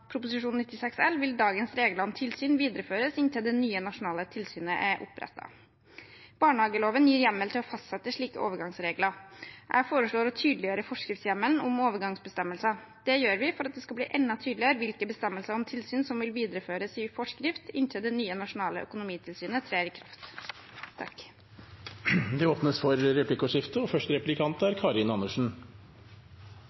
96 L, vil dagens regler om tilsyn videreføres inntil det nye nasjonale tilsynet er opprettet. Barnehageloven gir hjemmel til å fastsette slike overgangsregler. Jeg foreslår å tydeliggjøre forskriftshjemmelen om overgangsbestemmelser. Det gjør vi for at det skal bli enda tydeligere hvilke bestemmelser om tilsyn som vil videreføres i forskrift, inntil det nye nasjonale økonomitilsynet trer i kraft. Det blir replikkordskifte. Det